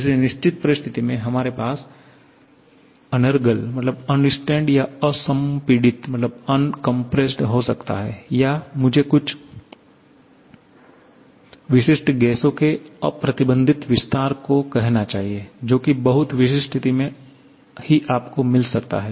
किसी निश्चित परिस्थिति में हमारे पास अनर्गल या असंपीड़ित हो सकता है या मुझे कुछ विशिष्ट गैसों के अप्रतिबंधित विस्तार को कहना चाहिए जो की बहुत विशिष्ट स्थिति में हीआपको मिल सकता है